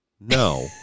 No